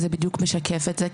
זה בדיוק משקף את זה,